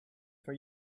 for